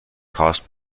caused